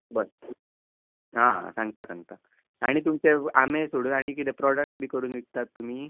आं आं सांगता आनी तुमचे आंबे सोडून कितें प्रोडक्टस बिन करून विकतात तुमी